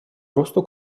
росту